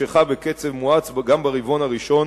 שנמשכה בקצב מואץ גם ברבעון הראשון